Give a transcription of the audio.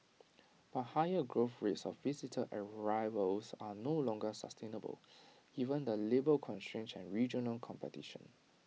but high growth rates of visitor arrivals are no longer sustainable given the labour constraints and regional competition